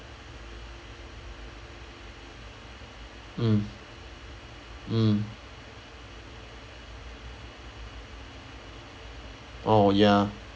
mm mm oh ya